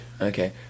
Okay